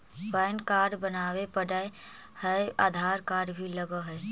Pan card बनावे पडय है आधार कार्ड भी लगहै?